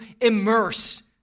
immerse